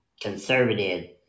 conservative